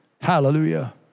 Hallelujah